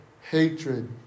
hatred